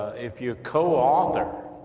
if you co-author,